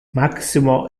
maximo